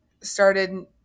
started